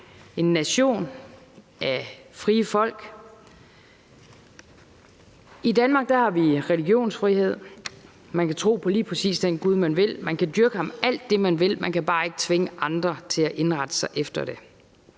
en nation af frie folk. I Danmark har vi jo religionsfrihed: Man kan tro på lige præcis den gud, man vil tro på, man kan dyrke ham alt det, man vil, man kan bare ikke tvinge andre til at indrette sig efter det.